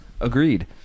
agreed